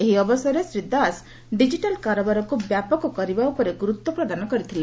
ଏହି ଅବସରରେ ଶ୍ରୀ ଦାଶ ଡିକିଟାଲ୍ କାରବାରକୁ ବ୍ୟାପକ କରିବା ଉପରେ ଗୁରୁତ୍ୱ ପ୍ରଦାନ କରିଥିଲେ